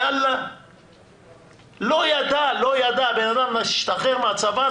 בן אדם השתחרר מהצבא,